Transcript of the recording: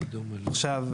עכשיו,